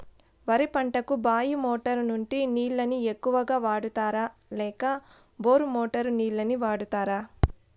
వరి పంటకు బాయి మోటారు నుండి నీళ్ళని ఎక్కువగా వాడుతారా లేక బోరు మోటారు నీళ్ళని వాడుతారా?